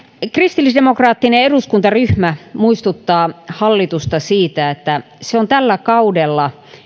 kristillisdemokraattinen eduskuntaryhmä muistuttaa hallitusta siitä että se on tällä kaudella